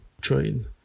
train